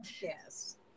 Yes